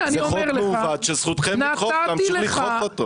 הנה אני אומר לך --- זה חוק מעוות שזכותכם להמשיך לדחוף אותו.